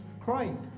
crying